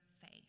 faith